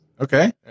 Okay